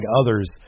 others